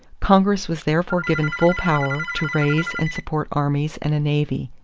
congress was therefore given full power to raise and support armies and a navy.